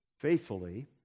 faithfully